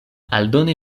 aldone